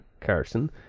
Carson